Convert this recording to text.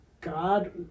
God